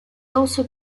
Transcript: also